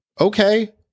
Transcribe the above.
Okay